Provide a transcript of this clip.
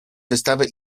wystawy